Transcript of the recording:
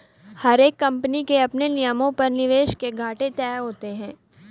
हर एक कम्पनी के अपने नियमों पर निवेश के घाटे तय होते हैं